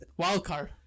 wildcard